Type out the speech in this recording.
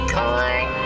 Corn